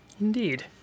Indeed